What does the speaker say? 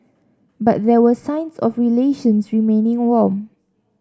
but there were signs of relations remaining warm